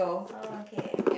oh okay